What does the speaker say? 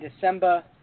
December